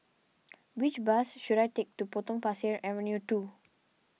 which bus should I take to Potong Pasir Avenue two